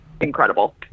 incredible